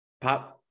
pop